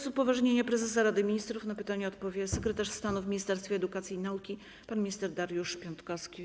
Z upoważnienia prezesa Rady Ministrów na pytanie odpowie sekretarz stanu w Ministerstwie Edukacji i Nauki pan minister Dariusz Piontkowski.